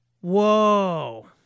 Whoa